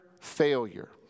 failure